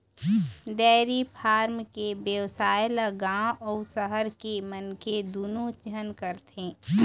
dairy farm के बेवसाय ल गाँव अउ सहर के मनखे दूनो झन करथे